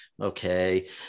Okay